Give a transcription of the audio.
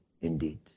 indeed